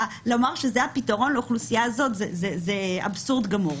לומר שזה הפתרון לאוכלוסייה הזאת זה אבסורד גמור.